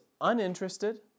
uninterested